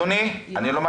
אדוני, אני לא מרשה,